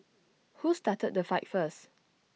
who started the fight first